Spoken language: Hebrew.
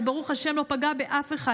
שברוך השם לא פגע אף אחד.